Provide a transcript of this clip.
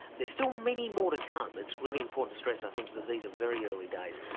there's still many more to come it's really important to stress, i think, that these are very early days,